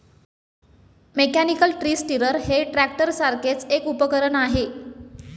mechanical tree stirrer हे ट्रॅक्टरसारखेच एक उपकरण आहे